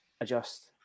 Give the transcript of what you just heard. adjust